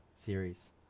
series